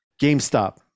GameStop